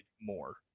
more